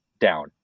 down